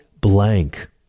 blank